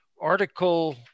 article